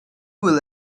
will